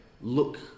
look